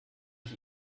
ich